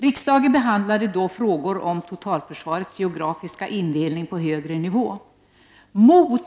Riksdagen behandlade då frågor om totalförsvarets geografiska indelning på högre nivå.